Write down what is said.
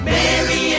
Mary